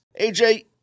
AJ